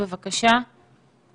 זה אירוע שיכול להזיק יותר